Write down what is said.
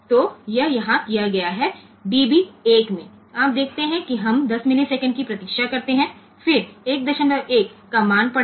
तो यह यहाँ किया गया है db 1 में आप देखते हैं कि हम 10 मिलीसेकंड की प्रतीक्षा करते हैं फिर 11 का मान पढ़ें